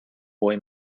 boy